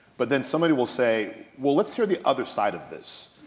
but then somebody will say, well let's hear the other side of this.